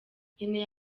nkeneye